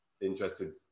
interested